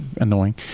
annoying